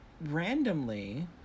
randomly